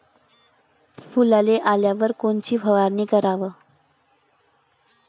फुलाले आल्यावर कोनची फवारनी कराव?